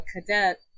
cadet